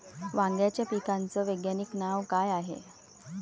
वांग्याच्या पिकाचं वैज्ञानिक नाव का हाये?